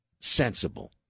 sensible